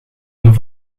een